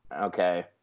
Okay